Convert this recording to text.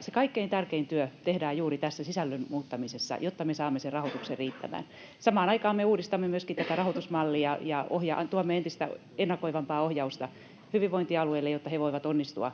Se kaikkein tärkein työ tehdään juuri tässä sisällön muuttamisessa, jotta me saamme sen rahoituksen riittämään. Samaan aikaan me uudistamme myöskin rahoitusmallia ja tuomme entistä ennakoivampaa ohjausta hyvinvointialueille, jotta he voivat onnistua